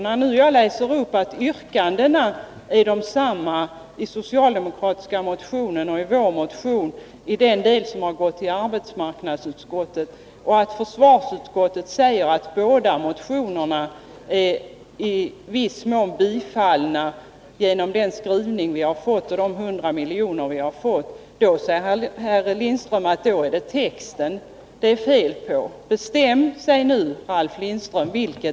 När jag påvisar att yrkandena är desamma i den socialdemokratiska motionen och i vår motion, när det gäller den del som gått till arbetsmarknadsutskottet, och att försvarsutskottet säger att båda motionerna i viss mån har biträtts genom den skrivning de fått och de 100 miljoner som tillstyrkts, då säger herr Lindström att det är texten det är fel på. Nu måste Ralf Lindström bestämma sig.